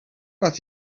but